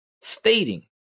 stating